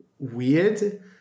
weird